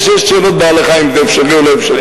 יש שאלות בהלכה אם זה אפשרי או לא אפשרי.